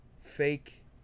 fake